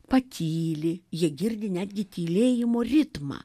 patyli jie girdi netgi tylėjimo ritmą